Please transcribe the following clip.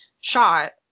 shot